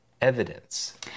evidence